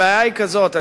הבעיה היא כזאת,